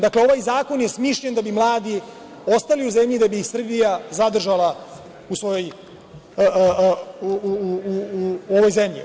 Dakle, ovaj zakon je smišljen da bi mladi ljudi ostali u zemlji i da bi ih Srbija zadržala u ovoj zemlji.